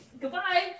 goodbye